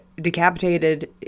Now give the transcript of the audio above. decapitated